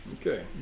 Okay